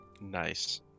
Nice